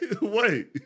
Wait